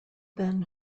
then